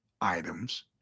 items